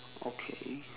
okay